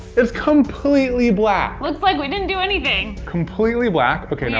it's completely black. looks like we didn't do anything. completely black, okay,